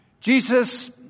Jesus